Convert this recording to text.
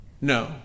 no